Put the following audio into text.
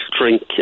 drink